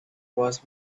was